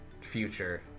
future